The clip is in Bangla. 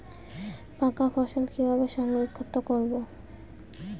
পাকা ফসল কিভাবে সংরক্ষিত করব?